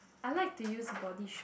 I like to use Body Shop